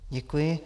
Děkuji.